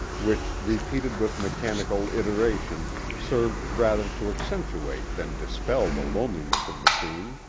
which, repeated with mechanical iteration, served rather to accentuate than dispel the loneliness of the scene.